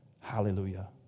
Hallelujah